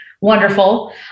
wonderful